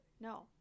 no